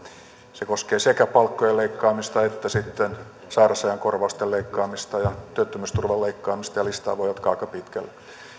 se koskee sekä palkkojen leikkaamista että sitten sairausajan korvausten leikkaamista ja työttömyysturvan leikkaamista ja listaa voi jatkaa aika pitkälle